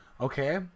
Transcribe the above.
Okay